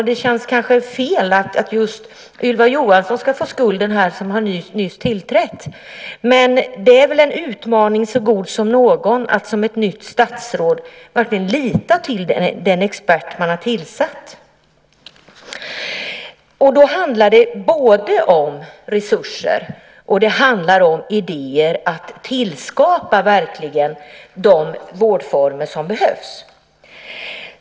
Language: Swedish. Det känns kanske fel att just Ylva Johansson som nyss har tillträtt ska få skulden, men det är väl en utmaning så god som någon för ett nytt statsråd att verkligen lita till den expert som man har tillsatt. Då handlar det om både resurser och idéer om hur man ska tillskapa de vårdformer som behövs.